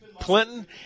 Clinton